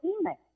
email